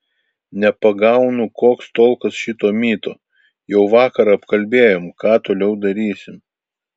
nepagaunu koks tolkas šito myto jau vakar apkalbėjom ką toliau darysim